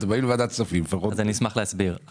אני אשמח להסביר.